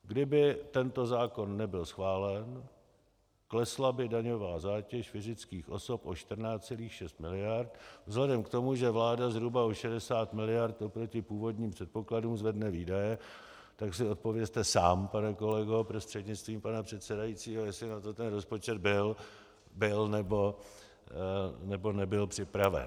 Kdyby tento zákon nebyl schválen, klesla by daňová zátěž fyzických osob o 14,6 mld. vzhledem k tomu, že vláda zhruba o 60 mld. oproti původním předpokladům zvedne výdaje, tak si odpovězte sám, pane kolego prostřednictvím pana předsedajícího, jestli na to ten rozpočet byl, nebo nebyl připraven.